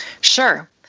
Sure